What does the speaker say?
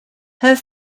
her